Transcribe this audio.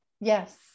yes